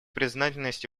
признательность